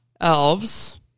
Elves